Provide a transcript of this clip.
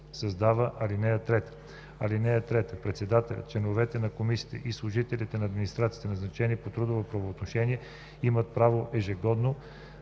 създава ал. 3: „(3) Председателят, членовете на комисията и служителите от администрацията, назначени по трудово правоотношение, имат право ежегодно